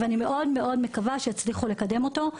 ואני מאוד מאוד מקווה שיצליחו לקדם אותו.